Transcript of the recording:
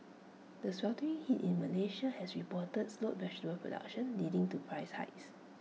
the sweltering heat in Malaysia has reportedly slowed vegetable production leading to price hikes